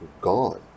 gone